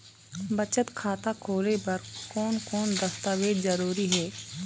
बचत खाता खोले बर कोन कोन दस्तावेज जरूरी हे?